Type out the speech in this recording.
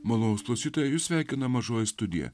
malonūs klausytojai jus sveikina mažoji studija